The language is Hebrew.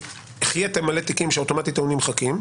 כי החייתם מלא תיקים שאוטומטית היו נמחקים,